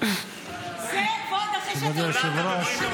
נולדנו בברית המועצות.